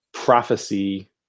prophecy